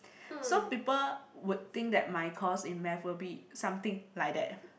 so people would think that my course in math will be something like that